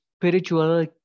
spiritual